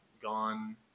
gone